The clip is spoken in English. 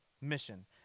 mission